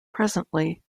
presently